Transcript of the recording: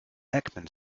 ekman